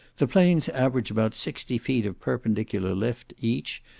the planes average about sixty feet of perpendicular lift each,